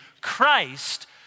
christ